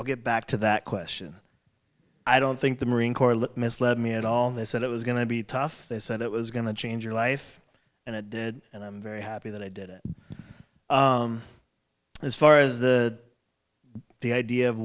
i'll get back to that question i don't think the marine corps let misled me at all they said it was going to be tough they said it was going to change your life and it did and i'm very happy that i did it as far as the the idea of